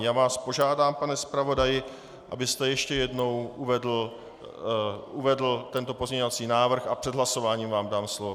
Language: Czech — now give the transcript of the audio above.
Já vás požádám, pane zpravodaji, abyste ještě jednou uvedl tento pozměňovací návrh, a před hlasováním vám dám slovo.